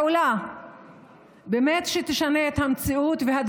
התחלתי לדבר על זה שאנחנו לקראת פעולה שתשנה באמת את המציאות.